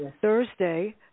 Thursday